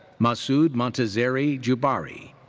masoud montazeri jouybari.